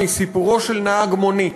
מסיפורו של נהג מונית